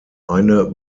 eine